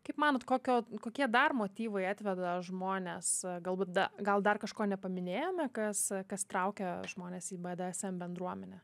kaip manot kokio kokie dar motyvai atveda žmones galbūt da gal dar kažko nepaminėjome kas kas traukia žmones į bdsm bendruomenę